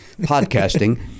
podcasting